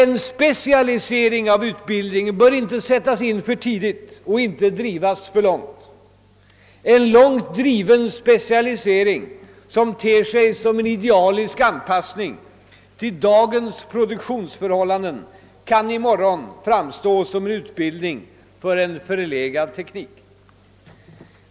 En specialisering av utbildningen bör vidare inte sättas in för tidigt och inte heller drivas alltför långt. En långt driven specialisering, som ter sig som en idealisk anpassning av dagens produktionsförhållanden, kan i morgon framstå såsom en utbildning för en förlegad teknik.